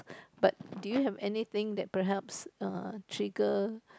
but do you have anything that perhaps err trigger